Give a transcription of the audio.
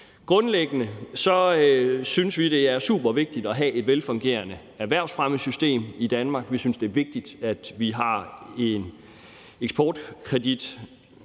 Grundlæggende synes vi, det er supervigtigt at have et velfungerende erhvervsfremmesystem i Danmark; vi synes, det er vigtigt, at vi har en eksportkreditinstitution,